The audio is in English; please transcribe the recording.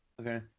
Okay